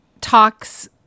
talks